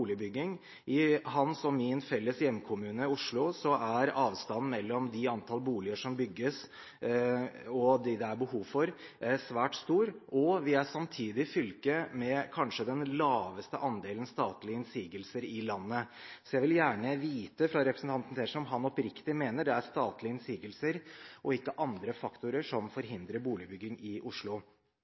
boligbygging. I hans og min felles hjemkommune, Oslo, er avstanden mellom det antall boliger som bygges, og det det er behov for, svært stor. Det er samtidig fylket med kanskje den laveste andelen statlige innsigelser i landet. Så jeg vil gjerne vite av representanten Tetzschner om han oppriktig mener det er statlige innsigelser og ikke andre faktorer som forhindrer boligbygging i Oslo.